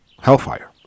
hellfire